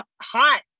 hot